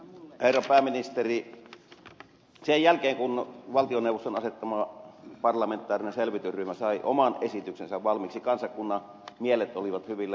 herra pääministeri sen jälkeen kun valtioneuvoston asettama parlamentaarinen selvitysryhmä sai oman esityksensä valmiiksi kansakunnan mielet olivat hyvin levollisia